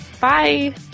Bye